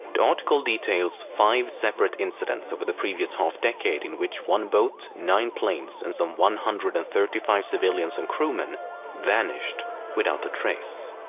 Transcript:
the article details five separate incidents over the previous half-decade in which one boat, nine planes, and some one hundred and thirty five civilians and crewmen vanished without a trace.